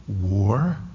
war